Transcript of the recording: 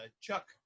Chuck